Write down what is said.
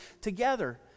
together